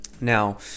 Now